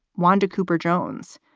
wanda cooper jones.